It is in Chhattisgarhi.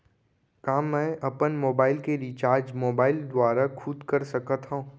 का मैं अपन मोबाइल के रिचार्ज मोबाइल दुवारा खुद कर सकत हव?